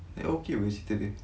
okay apa cerita dia